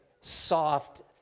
soft